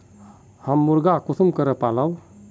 हम मुर्गा कुंसम करे पालव?